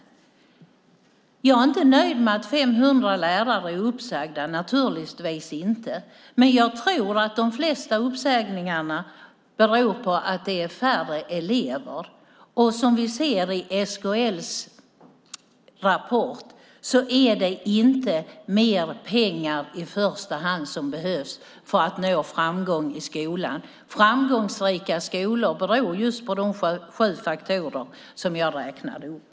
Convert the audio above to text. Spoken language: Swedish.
Jag är naturligtvis inte nöjd med att 500 lärare är uppsagda. Men jag tror att de flesta uppsägningarna beror på att det är färre elever. Som vi ser i SKL:s rapport är det inte mer pengar som i första hand behövs för att nå framgång i skolan. Framgångsrika skolor beror just på de sju faktorer som jag räknade upp.